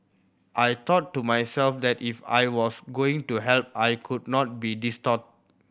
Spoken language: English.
I thought to myself that if I was going to help I could not be distraught